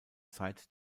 zeit